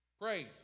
Praise